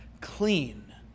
clean